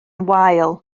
wael